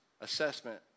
assessment